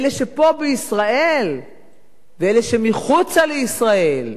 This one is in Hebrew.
אלה שפה בישראל ואלה שמחוצה לישראל,